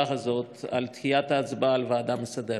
הזאת על דחיית ההצבעה על הוועדה מסדרת.